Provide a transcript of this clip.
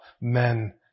men